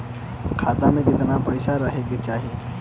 खाता में कितना पैसा रहे के चाही?